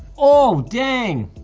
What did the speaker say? oh, dang!